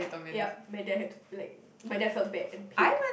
ya matter have to play matter help pay and paid